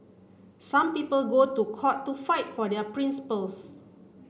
some people go to court to fight for their principles